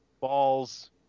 balls